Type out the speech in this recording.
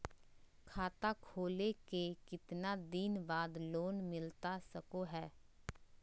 खाता खोले के कितना दिन बाद लोन मिलता सको है?